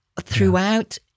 throughout